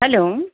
hello